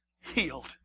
healed